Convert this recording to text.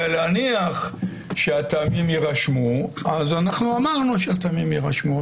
להניח שהטעמים יירשמו אז אמרנו שהטעמים יירשמו.